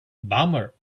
bummer